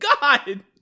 God